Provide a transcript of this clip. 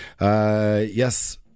Yes